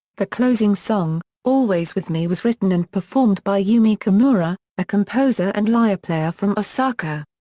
the closing song, always with me was written and performed by youmi kimura, a composer and lyre-player from osaka.